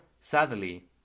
sadly